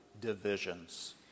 divisions